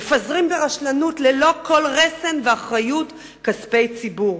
מפזרים ברשלנות ללא כל רסן ואחריות כספי ציבור,